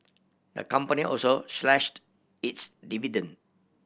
the company also slashed its dividend